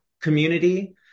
community